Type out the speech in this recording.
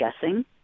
guessing